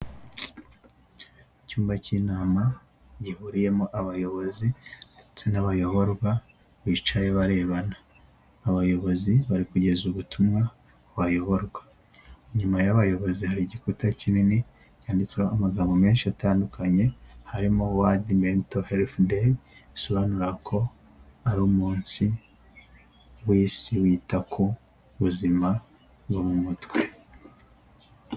Icyumba cy'inama gihuriyemo abayobozi ndetse n'abayoborwa bicaye barebana. Abayobozi bari kugeza ubutumwa bayoborwa, inyuma y'abayobozi hari igikuta kinini cyanditseho amagambo menshi atandukanye, harimo wadi mento helifu deyi asobanura ko ari umunsi w'isi wita ku buzima bwo mu mutwe.